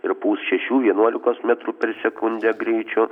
ir pūs šešių vienuolikos metrų per sekundę greičiu